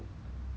on the